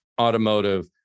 automotive